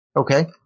Okay